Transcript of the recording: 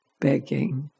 begging